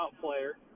player